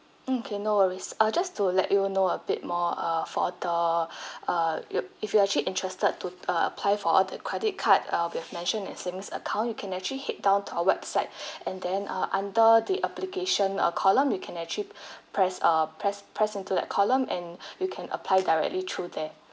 mm okay no worries uh just to let you know a bit more uh for the uh you if you actually interested to uh apply for uh the credit card uh we have mentioned as savings account you can actually head down to our website and then ah under the application uh column you can actually press uh press press into that column and you can apply directly through there